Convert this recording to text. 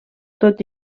tot